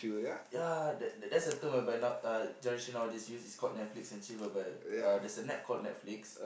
ya that that's a term whereby now uh generation nowadays use is called Netflix and Chill whereby uh there's a app called Netflix